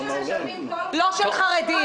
לא רק של חרדים.